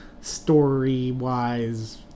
story-wise